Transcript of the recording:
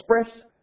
express